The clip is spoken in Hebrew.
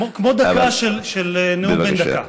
כמו נאום בן דקה,